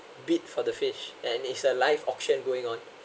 bid for the fish and it's a live auction going on